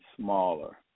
smaller